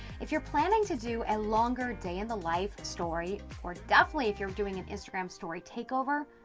if you're planning to do a longer day in the life story, or definitely if you're doing a instagram story takeover,